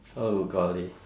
oh golly